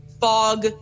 fog